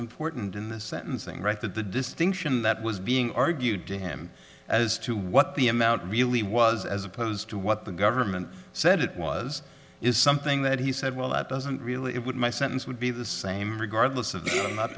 important in the sentencing right that the distinction that was being argued to him as to what the amount really was as opposed to what the government said it was is something that he said well that doesn't really it would my sentence would be the same regardless of not